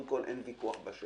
אין על כך ויכוח.